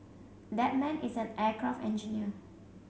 that man is an aircraft engineer